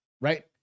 right